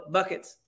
Buckets